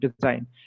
design